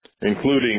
including